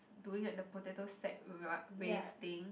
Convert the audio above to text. doing at the potato sack ah waste thing